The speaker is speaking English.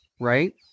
right